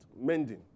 mending